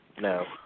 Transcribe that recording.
No